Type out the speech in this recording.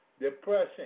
depression